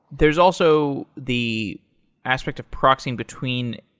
there's also the aspect of proxying between,